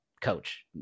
coach